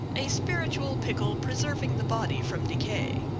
a spiritual pickle preserving the body from decay.